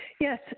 Yes